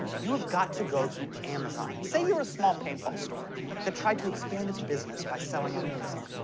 you've got to go through amazon. say you're a small paintball store that tried to expand its business by selling on amazon.